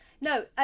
No